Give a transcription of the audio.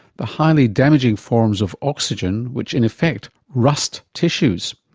the highly damaging forms of oxygen which in effect rust tissues.